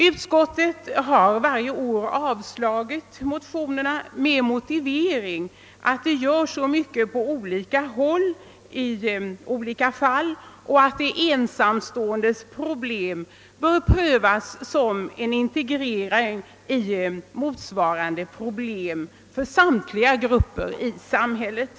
Utskottet har varje år avstyrkt motionerna med motiveringen att det redan görs så mycket på olika håll i olika sammanhang och att de ensamståendes problem bör prövas integrerat i motsvarande problem för samtliga grupper i samhället.